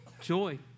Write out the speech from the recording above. Joy